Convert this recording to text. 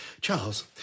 Charles